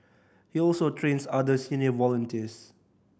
he also trains other senior volunteers